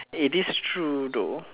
it is true though